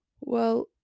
Well